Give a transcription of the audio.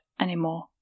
anymore